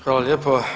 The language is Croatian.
Hvala lijepo.